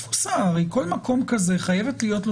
הרי כל מקום כזה, חייבת להיות לו